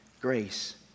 grace